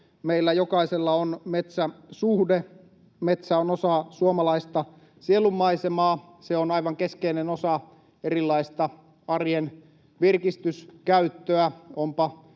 Meillä jokaisella on metsäsuhde. Metsä on osa suomalaista sielunmaisemaa. Se on aivan keskeinen osa erilaista arjen virkistyskäyttöä,